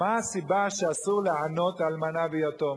מה הסיבה שאסור לענות אלמנה ויתום,